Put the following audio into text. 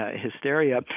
hysteria